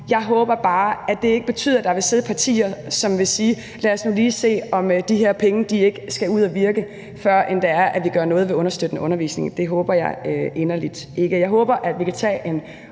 jeg håber bare, at det ikke betyder, at der vil sidde partier, som vil sige: Lad os nu lige se, om de her penge ikke skal ud og virke, før vi gør noget ved understøttende undervisning. Det håber jeg inderlig ikke. Jeg håber, at vi kan tage en